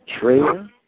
Trailer